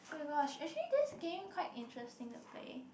oh my gosh actually this game quite interesting to play